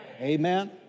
Amen